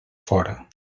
fora